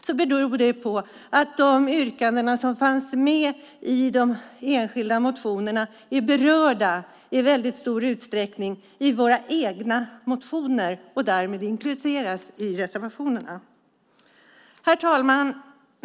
Det beror på att de yrkanden som fanns i de enskilda motionerna i stor utsträckning är berörda i våra egna motioner, och därmed inkluderas de i reservationerna. Herr talman!